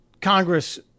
Congress